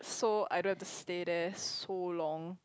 so I don't have to stay there so long